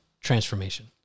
transformation